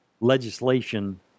legislation